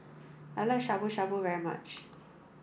I like Shabu Shabu very much